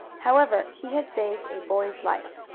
however, he had saved a boy's life.